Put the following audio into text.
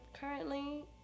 currently